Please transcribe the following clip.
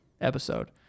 episode